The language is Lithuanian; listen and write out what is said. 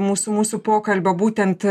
mūsų mūsų pokalbio būtent